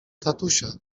tatusia